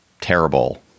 terrible